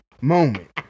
moment